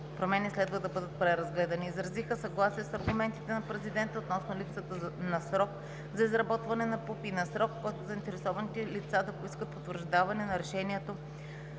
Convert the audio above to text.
промени следва да бъдат преразгледани. Изразиха съгласие с аргументите на Президента относно липсата на срок за изработване на ПУП и на срок, в който заинтересованите лица да поискат потвърждаване на решението